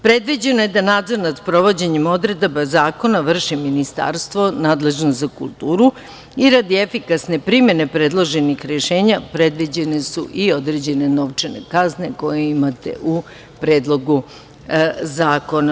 Predviđeno je da nadzor nad sprovođenjem odredaba zakona vrši Ministarstvo nadležno za kulturu i radi efikasne primene predloženih rešenja, predviđene su i određene novčane kazne, koje imate u predlogu zakona.